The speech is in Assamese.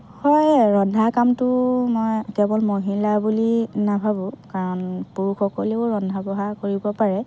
হয় ৰন্ধা কামটো মই কেৱল মহিলাৰ বুলি নাভাবোঁ কাৰণ পুৰুষসকলেও ৰন্ধা বঢ়া কৰিব পাৰে